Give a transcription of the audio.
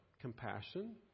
compassion